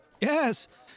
Yes